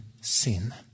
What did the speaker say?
sin